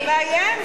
הוא מאיים.